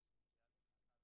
שאין לנו תנאים